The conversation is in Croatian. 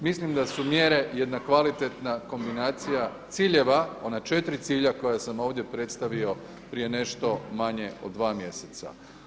Mislim da su mjere jedna kvalitetna kombinacija ciljeva, ona četiri cilja koja sam ovdje predstavio prije nešto manje od dva mjeseca.